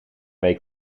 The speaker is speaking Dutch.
week